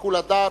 שיקול הדעת,